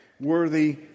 Worthy